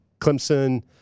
Clemson